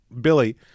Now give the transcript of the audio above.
Billy